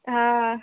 ಹಾಂ